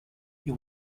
you